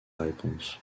réponse